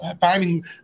finding